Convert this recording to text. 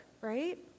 right